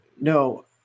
No